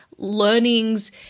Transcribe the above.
Learnings